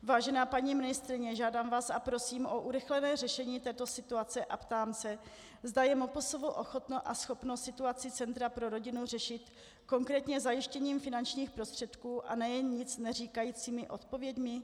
Vážená paní ministryně, žádám vás a prosím o urychlené řešení této situace a ptám se, zda je MPSV ochotno a schopno situaci Centra pro rodinu řešit, konkrétně zajištěním finančních prostředků a ne jen nic neříkajícími odpověďmi.